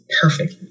perfect